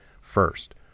first